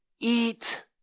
eat